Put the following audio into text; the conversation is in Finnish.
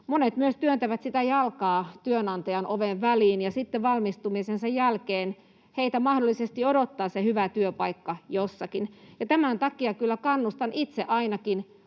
Monet myös työntävät jalkaa työnantajan oven väliin, ja sitten valmistumisensa jälkeen heitä mahdollisesti odottaa hyvä työpaikka jossakin. Ja tämän takia kyllä ainakin itse kannustan